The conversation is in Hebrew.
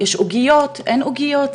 יש עוגיות או אין עוגיות,